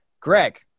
Greg